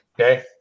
Okay